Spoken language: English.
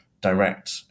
direct